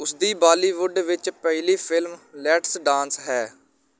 ਉਸਦੀ ਬਾਲੀਵੁੱਡ ਵਿੱਚ ਪਹਿਲੀ ਫਿਲਮ ਲੈਟਸ ਡਾਂਸ ਹੈ